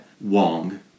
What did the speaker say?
Wong